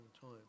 time